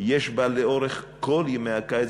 יש לאורך כל ימי הקיץ,